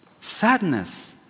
sadness